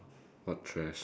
what trash